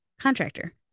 contractor